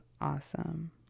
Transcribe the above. awesome